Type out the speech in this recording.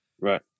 Right